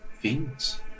Fiends